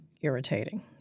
irritating